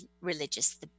religious